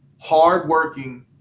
hardworking